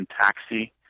Taxi